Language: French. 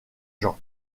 jean